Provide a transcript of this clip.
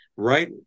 right